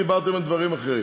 דיברתם על דברים אחרים.